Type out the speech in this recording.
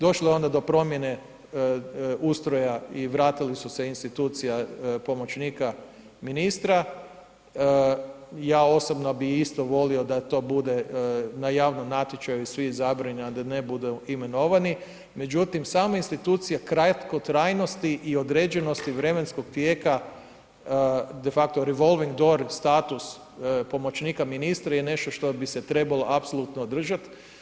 Došlo je ona do promjene ustroja i vratili su se institucija pomoćnika ministra, ja osobno bi isto volio da to bude na javnom natječaju i svi izabrani, a da ne budu imenovani, međutim sama institucija kratkotrajnosti i određenosti vremenskog tijeka de facto revolving door status pomoćnika ministra je nešto što bi se trebalo apsolutno održat.